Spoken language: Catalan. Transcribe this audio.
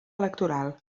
electoral